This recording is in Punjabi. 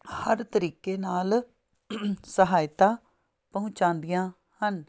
ਹਰ ਤਰੀਕੇ ਨਾਲ ਸਹਾਇਤਾ ਪਹੁੰਚਾਉਂਦੀਆਂ ਹਨ